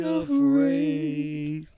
afraid